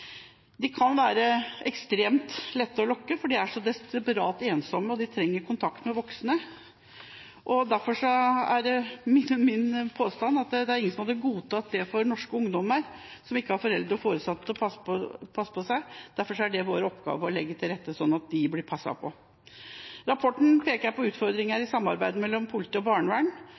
De kan være ekstremt lette å lokke fordi de er så desperat ensomme og trenger kontakt med voksne. Det er min påstand at ingen hadde godtatt dette for norske ungdommer som ikke har foreldre og foresatte til å passe på seg, derfor er det vår oppgave å legge til rette sånn at de blir passet på. Rapporten peker på utfordringer i samarbeidet mellom politi og barnevern,